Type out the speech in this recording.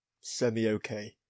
semi-okay